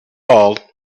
all